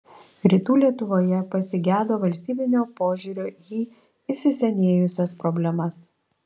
rytų lietuvoje pasigedo valstybinio požiūrio į įsisenėjusias problemas